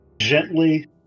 gently